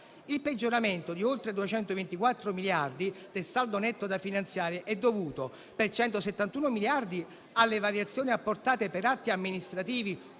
Il peggioramento di oltre 224 miliardi del saldo netto da finanziare è dovuto, per 171 miliardi, alle variazioni apportate per atti amministrativi